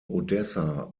odessa